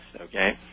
Okay